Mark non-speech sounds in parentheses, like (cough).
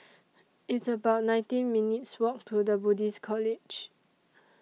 (noise) It's about nineteen minutes' Walk to The Buddhist College